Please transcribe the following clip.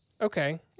Okay